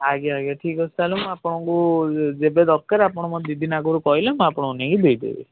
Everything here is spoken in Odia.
ଆଜ୍ଞା ଆଜ୍ଞା ଠିକ୍ ଅଛି ତା' ହେଲେ ମୁଁ ଆପଣଙ୍କୁ ଯେବେ ଦରକାର ଆପଣ ମତେ ଦୁଇ ଦିନ ଆଗରୁ କହିଲେ ମୁଁ ଆପଣଙ୍କୁ ନେଇକି ଦେଇ ଦେବି